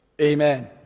Amen